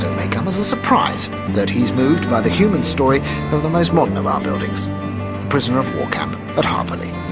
may come as a surprise that he's moved by the human story of the most modern of our buildings a prisoner of war camp at harperley.